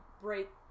break